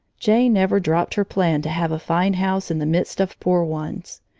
jane never dropped her plan to have a fine house in the midst of poor ones.